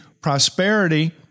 prosperity